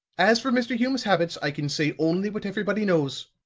as for mr. hume's habits, i can say only what everybody knows.